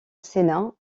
sénat